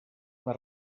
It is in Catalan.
una